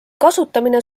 kasutamine